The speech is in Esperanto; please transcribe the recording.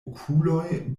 okuloj